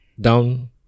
down